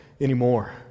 anymore